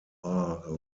are